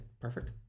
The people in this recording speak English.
perfect